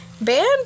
Band